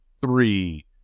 three